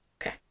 Okay